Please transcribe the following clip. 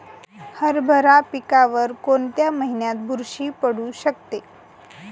हरभरा पिकावर कोणत्या महिन्यात बुरशी पडू शकते?